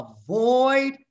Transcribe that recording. avoid